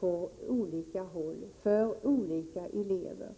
på olika håll och för olika elever.